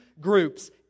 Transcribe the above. groups